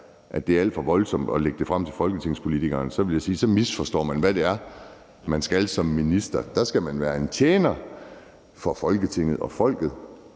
at det er alt for voldsomt at lægge det frem for folketingspolitikerne, så vil jeg sige, at man misforstår, hvad det er, man skal som minister. Der skal man være en tjener for Folketinget og folket,